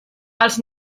els